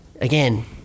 again